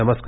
नमस्कार